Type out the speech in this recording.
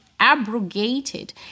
abrogated